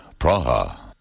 Praha